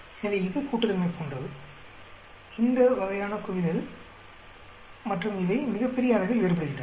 எனவே இது கூட்டுத்தன்மை போன்றது இந்த வகையான குவிதல் மற்றும் இவை மிகப்பெரிய அளவில் வேறுபடுகின்றன